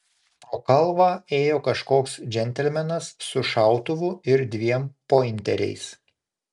pro kalvą ėjo kažkoks džentelmenas su šautuvu ir dviem pointeriais